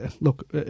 look